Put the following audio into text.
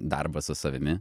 darbą su savimi